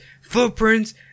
footprints